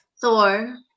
Thor